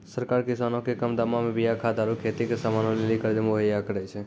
सरकार किसानो के कम दामो मे बीया खाद आरु खेती के समानो लेली कर्जा मुहैय्या करै छै